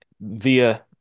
via